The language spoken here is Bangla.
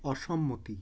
অসম্মতি